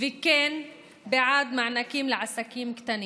וכן בעד מענקים לעסקים קטנים,